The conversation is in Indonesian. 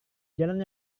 jalan